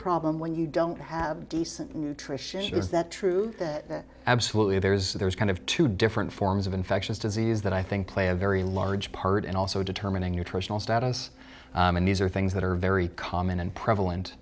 problem when you don't have decent nutrition is that true absolutely there's there's kind of two different forms of infectious disease that i think play a very large part and also determining nutritional status and these are things that are very common and prevalent